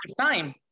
time